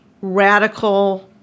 radical